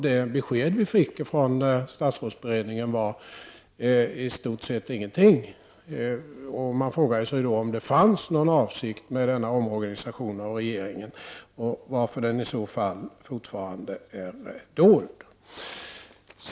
Det besked vi fick från statsrådsberedningen var i stort sett ingenting. Man frågar sig om det fanns någon avsikt med denna omorganisation av regeringen och varför den i så fall fortfarande är dold.